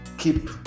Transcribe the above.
Keep